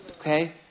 Okay